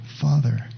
father